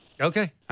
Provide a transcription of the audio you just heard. Okay